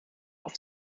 auf